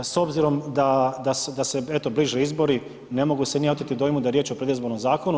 S obzirom da se eto, bliže izbori, ne mogu se ni ja oteti dojmu da je riječ o predizbornom zakonu.